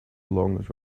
longest